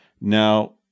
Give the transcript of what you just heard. Now